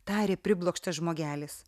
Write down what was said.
tarė priblokštas žmogelis